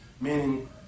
meaning